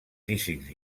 físics